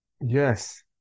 yes